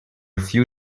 few